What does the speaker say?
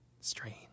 strange